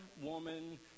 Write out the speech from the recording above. woman